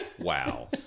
Wow